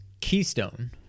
Keystone